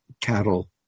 cattle